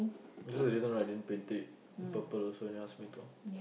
there's the this one I didn't paint it purple so he asked me to